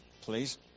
please